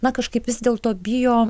na kažkaip vis dėlto bijo